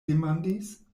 demandis